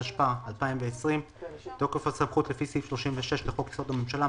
התשפ"א 2020 בתוקף הסמכות לפי סעיף 36 לחוק-יסוד: הממשלה,